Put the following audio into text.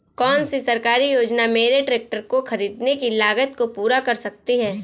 कौन सी सरकारी योजना मेरे ट्रैक्टर को ख़रीदने की लागत को पूरा कर सकती है?